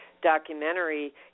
Documentary